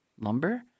lumber